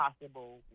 possible